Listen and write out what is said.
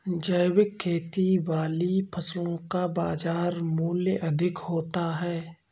जैविक खेती वाली फसलों का बाज़ार मूल्य अधिक होता है